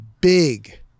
big